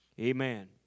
Amen